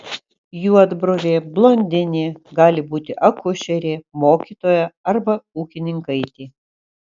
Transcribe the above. juodbruvė blondinė gali būti akušerė mokytoja arba ūkininkaitė